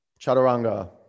Chaturanga